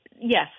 Yes